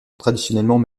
traditionnellement